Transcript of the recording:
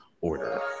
order